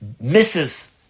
misses